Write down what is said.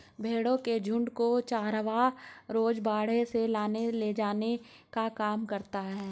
भेंड़ों के झुण्ड को चरवाहा रोज बाड़े से लाने ले जाने का काम करता है